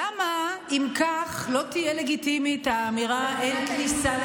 למה אם כך לא תהיה לגיטימית האמירה שאין כניסה לחרדים,